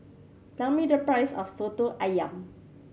tell me the price of Soto Ayam